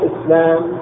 Islam